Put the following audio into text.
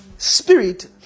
Spirit